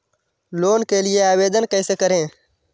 Loan के लिए आवेदन कैसे करें?